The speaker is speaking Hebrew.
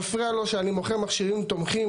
מפריע לו שאני מוכר מכשירים תומכים,